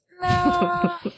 No